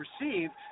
received